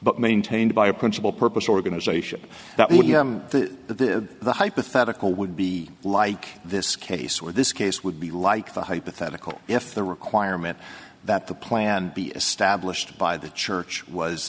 but maintained by a principle purpose organization that would be the the hypothetical would be like this case where this case would be like the hypothetical if the requirement that the plan be established by the church was